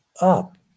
up